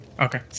Okay